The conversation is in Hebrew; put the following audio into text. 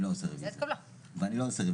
הצבעה לא אושרה.